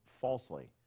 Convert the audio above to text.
falsely